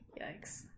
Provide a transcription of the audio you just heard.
Yikes